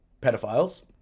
pedophiles